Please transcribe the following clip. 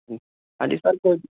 ਹਾਂਜੀ ਸਰ ਕੋਈ ਦਿੱਕ